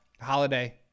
holiday